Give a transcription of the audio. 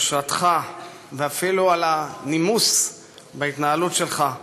יושרתך ואפילו על הנימוס בהתנהלות שלך,